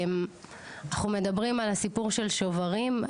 אנחנו מדברים על הסיפור של שוברים,